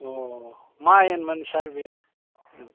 अ मा आयेनमोन सार बेयो